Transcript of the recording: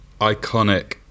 iconic